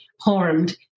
harmed